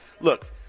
look